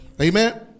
amen